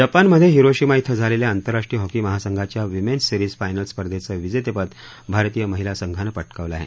जपानमध्ये हिरोशिमा क्रिं झालेल्या आंतरराष्ट्रीय हॉकी महासंघाच्या वुमेन्स सिरीज फायनल्स स्पर्धेचं विजेतेपद भारतीय महिला संघानं पटकावलं आहे